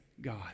God